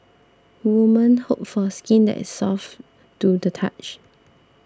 women hope for skin that is soft to the touch